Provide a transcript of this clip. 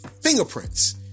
fingerprints